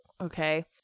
okay